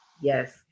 Yes